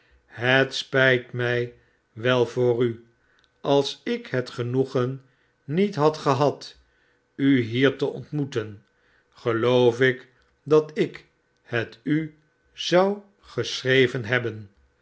het spijt mij wel voor u als ik het genoegen niet had gehad u hier te ontmoeten geloof ik dat ik het u zou geschreven hebben